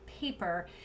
paper